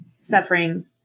suffering